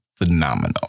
Phenomenal